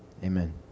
Amen